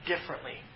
differently